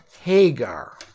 Hagar